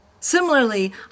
Similarly